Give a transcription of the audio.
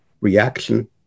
reaction